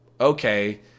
okay